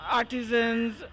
artisans